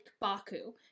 Baku